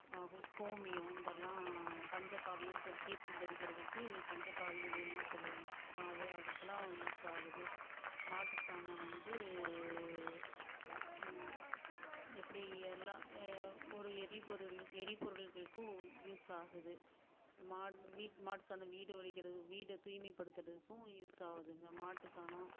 ஆ ஹும் கோமியம் இதெல்லாம் பஞ்சகாவியம் சொல்லி தீர்த்தம் தெளிக்கிறதுக்கு பஞ்சகாவியம் வேணும்னு சொல்லுவாங்கள் அது அதுக்கெல்லாம் யூஸ் ஆகுது மாட்டு சாணம் வந்து இப்படி எல்லாம் ஒரு எரிபொருள் எரிபொருள்களுக்கு யூஸ் ஆகுது மாட் வீட் மாட்டு சாணம் வீடு வழிக்கிறதுக்கு வீடை தூய்மை படுத்துகிறதுக்கும் யூஸ் ஆகுதுங்க மாட்டு சாணம்